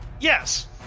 Yes